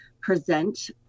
present